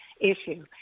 issue